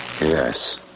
Yes